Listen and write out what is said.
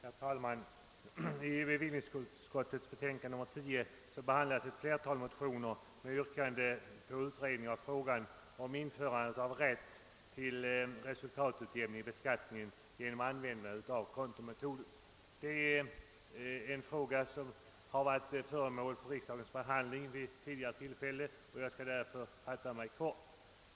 Herr talman! I bevillningsutskottets betänkande nr 10 behandlas ett flertal motioner med yrkanden om utredning av frågan om införande av rätt till resultatutjämning vid beskattningen genom användande av kontometoden. Det är en fråga som har varit föremål för riksdagens behandling vid tidigare tillfällen och jag skall därför fatta mig kort.